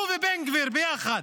הוא ובן גביר ביחד.